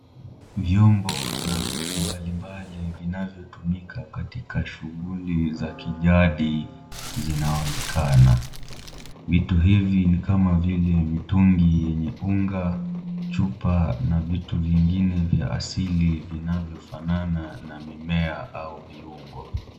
Vyombo na vitu mbalimbali vinavyotumika katika shughuli za kijadi zinaonekana, vitu hivi ni kama vile mitungi yenye unga, chupa na vitu vingine vya asili vinavyofanana na mimea au viungo.